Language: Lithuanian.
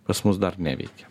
pas mus dar neveikia